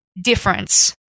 difference